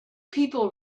people